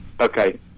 Okay